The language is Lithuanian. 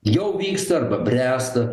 jau vyksta arba bręsta